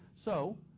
so,